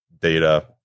data